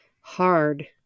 hard